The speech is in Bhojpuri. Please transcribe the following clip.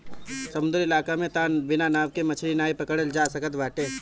समुंदरी इलाका में तअ बिना नाव के मछरी नाइ पकड़ल जा सकत बाटे